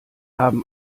haben